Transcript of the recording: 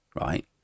right